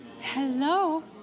Hello